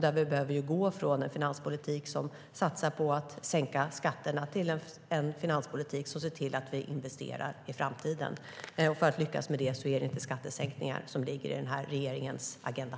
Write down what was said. Där behöver vi gå från en finanspolitik som satsar på att sänka skatterna till en finanspolitik som ser till att vi investerar i framtiden. För att lyckas med det är det inte skattesänkningar som ligger i den här regeringens agenda.